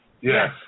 Yes